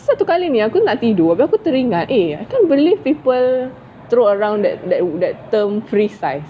satu kali ni aku nak tidur abeh aku teringat eh I can't believe people throw around that that that term free size